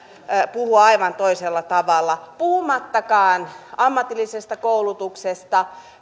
puhua aivan toisella tavalla puhumattakaan ammatillisesta koulutuksesta